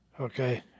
Okay